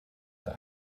that